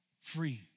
Free